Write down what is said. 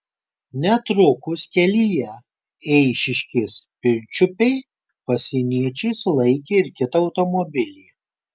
netrukus kelyje eišiškės pirčiupiai pasieniečiai sulaikė ir kitą automobilį